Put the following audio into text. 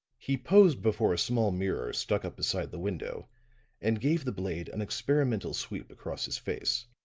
he posed before a small mirror stuck up beside the window and gave the blade an experimental sweep across his face.